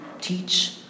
teach